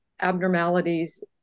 abnormalities